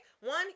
one